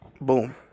Boom